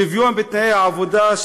שוויון בתנאי העבודה,